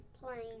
playing